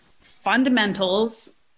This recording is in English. fundamentals